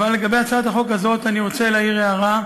אבל לגבי הצעת החוק הזאת אני רוצה להעיר הערה.